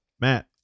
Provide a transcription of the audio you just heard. Matt